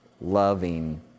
loving